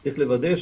יש לוודא,